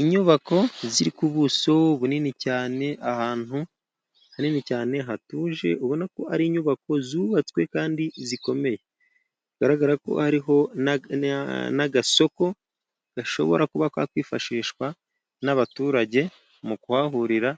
Inyubako ziri ku buso bunini cyane, ahantu hanini cyane hatuje, ubona ko ari inyubako zubatswe kandi zikomeye. Bigaragara ko hariho n'agasoko gashobora kuba kakwifashishwa n'abaturage, mu kuhahurira